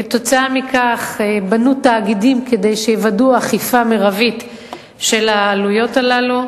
כתוצאה מכך בנו תאגידים כדי שיוודאו אכיפה מרבית של העלויות הללו.